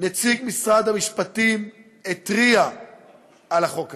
נציג משרד המשפטים התריע על החוק הזה,